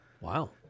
Wow